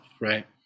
Right